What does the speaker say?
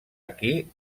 aquí